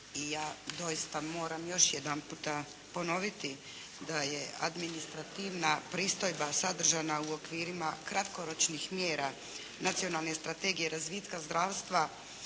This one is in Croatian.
i ja doista moram još jedanputa ponoviti da je administrativna pristojba sadržana u okvirima kratkoročnih mjera Nacionalne strategije razvitka zdravstva